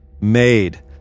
made